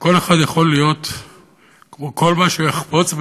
כל אחד יכול להיות כל מה שהוא יחפוץ,